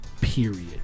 period